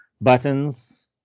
buttons